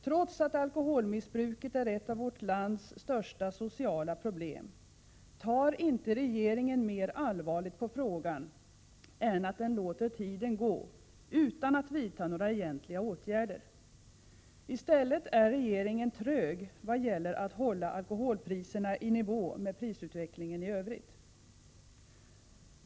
Trots att alkoholmissbruket är ett av vårt lands största sociala problem tar inte regeringen mera allvarligt på frågan än att den låter tiden gå utan att vidta några egentliga åtgärder. I stället är regeringen trög i vad gäller att hålla alkoholpriserna i nivå med prisutvecklingen i övrigt.